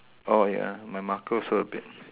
oh ya my marker also a bit